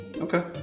Okay